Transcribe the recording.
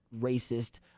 racist